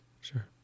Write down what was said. sure